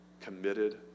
committed